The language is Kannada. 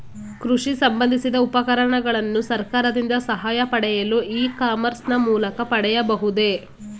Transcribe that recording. ಕೃಷಿ ಸಂಬಂದಿಸಿದ ಉಪಕರಣಗಳನ್ನು ಸರ್ಕಾರದಿಂದ ಸಹಾಯ ಪಡೆಯಲು ಇ ಕಾಮರ್ಸ್ ನ ಮೂಲಕ ಪಡೆಯಬಹುದೇ?